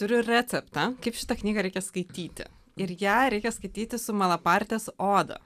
turi receptą kaip šitą knygą reikia skaityti ir ją reikia skaityti su malapartės oda